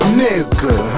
nigga